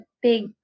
big